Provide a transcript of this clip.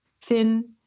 Thin